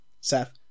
Seth